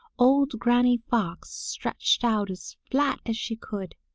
old granny fox stretched out as flat as she could.